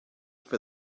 for